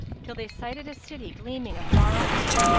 till they sighted a city gleaming afar off,